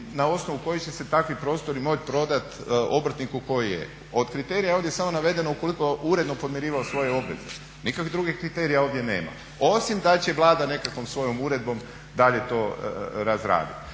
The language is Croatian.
na osnovu kojih će se takvi prostori moći prodati obrtniku koji je. od kriterija je ovdje samo navedeno ukoliko je uredno podmirivao svoje obveze, nikakvih drugih kriterija ovdje nema, osim da će Vlada nekakvom svojom uredbom dalje to razraditi.